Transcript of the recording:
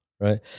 right